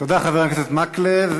תודה, חבר הכנסת מקלב.